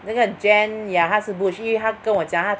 那个 Jen ya 她是 butch 因为她跟我讲她